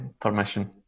permission